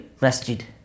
masjid